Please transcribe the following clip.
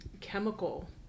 chemical